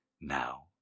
Now